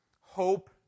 hope